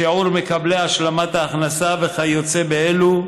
שיעור מקבלי השלמת ההכנסה וכיוצא באלו,